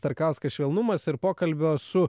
starkauskas švelnumas ir pokalbio su